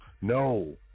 No